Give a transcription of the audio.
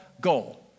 goal